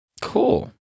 Cool